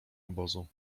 obozu